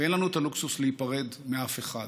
ואין לנו את הלוקסוס להיפרד מאף אחד,